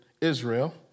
Israel